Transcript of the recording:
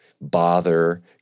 bother